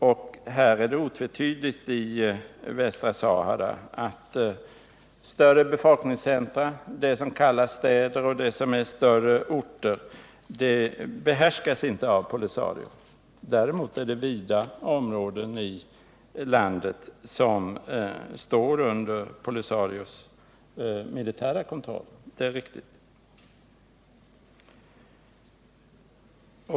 I Västra Sahara är det otvetydigt så att större publiken befolkningscentra, det som kallas städer och det som är större orter, inte behärskas av POLISARIO. Däremot står stora områden i landet under POLISARIO:s militära kontroll. Det är riktigt.